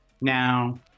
Now